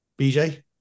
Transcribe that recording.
BJ